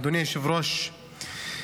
אדוני היושב-ראש,